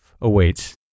awaits